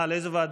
אה, לאיזו ועדה?